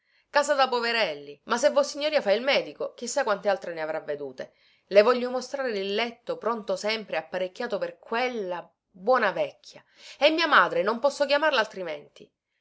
casa da poverelli ma se vossignoria fa il medico chi sa quante altre ne avrà vedute le voglio mostrare il letto pronto sempre e apparecchiato per quella buona vecchia è mia madre non posso chiamarla altrimenti